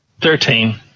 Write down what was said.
Thirteen